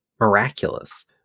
miraculous